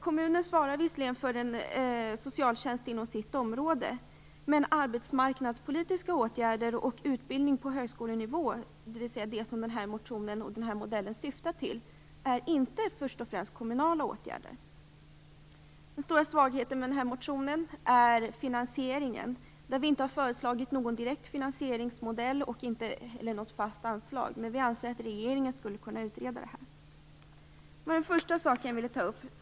Kommunen svarar visserligen för socialtjänst inom sitt område, men arbetsmarknadspolitiska åtgärder och utbildning på högskolenivå, dvs. det som den här motionen och modellen syftar till, är inte först och främst kommunala verksamheter. Den stora svagheten med den här motionen är finansieringen. Vi har inte föreslagit någon direkt finansieringsmodell eller något fast anslag. Vi anser att regeringen skulle kunna utreda det här. Detta var den första sak som jag ville ta upp.